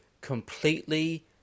completely